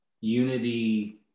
unity